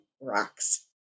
rocks